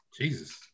Jesus